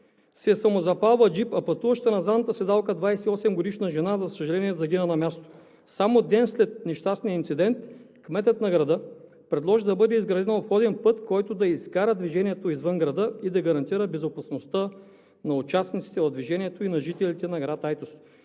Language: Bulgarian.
се самозапалва джип, а пътуващата на задната седалка 28-годишна жена, за съжаление, загина на място. Само ден след нещастния инцидент, кметът на града предложи да бъде изграден обходен път, който да изкара движението извън града и да гарантира безопасността на участниците в движението и на жителите на град Айтос.